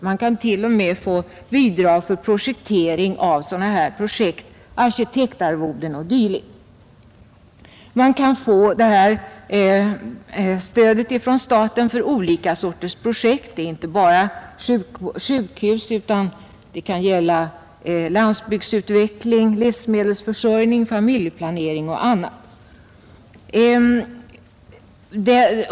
Man kan t.o.m., få bidrag till projektering av sådana här projekt, till arkitektarvoden och dylikt. Man kan få detta stöd från staten till olika sorters verksamheter. Det gäller inte bara sjukhus, utan det kan gälla även landsbygdsutveckling, livsmedelsförsörjning och familjeplanering.